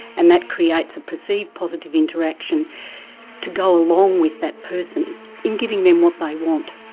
and that creates a perceived positive interaction to go along with that person in giving them what they want,